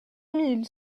mille